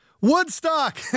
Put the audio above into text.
Woodstock